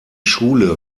schule